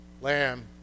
lamb